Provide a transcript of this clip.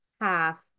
half